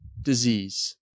disease